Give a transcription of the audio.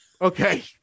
Okay